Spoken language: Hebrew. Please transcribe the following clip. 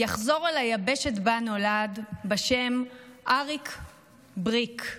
יחזור אל היבשת שבה נולד בשם אריק בריק,